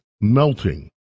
melting